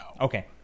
Okay